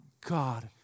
God